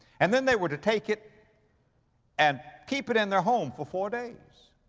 and then they were to take it and keep it in their home for four days.